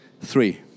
three